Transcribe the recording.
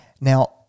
Now